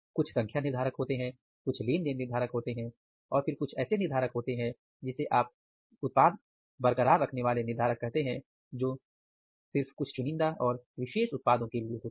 कुछ संख्या निर्धारक होते हैं कुछ लेनदेन निर्धारक होते हैं और फिर कुछ ऐसे निर्धारक होते हैं जिसे आप उत्पाद बरकरार रखने वाले निर्धारक कहते हैं जो सिर्फ कुछ चुनिंदा और विशेष उत्पादों के लिए होते हैं